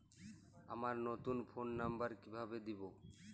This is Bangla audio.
আমার নতুন ফোন নাম্বার কিভাবে দিবো?